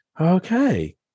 okay